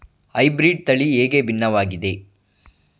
Hybrid ತಳಿ ಹೇಗೆ ಭಿನ್ನವಾಗಿದೆ?